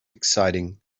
exciting